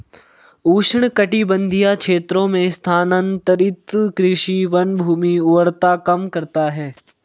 उष्णकटिबंधीय क्षेत्रों में स्थानांतरित कृषि वनभूमि उर्वरता कम करता है